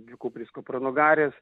dvikupris kupranugaris